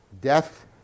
Death